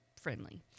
friendly